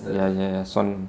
ya ya ya swan